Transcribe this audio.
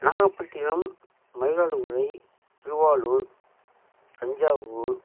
Nagapattinam Mayiladuthurai Thiruvarur Thanjavur